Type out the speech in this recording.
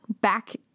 back